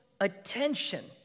attention